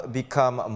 become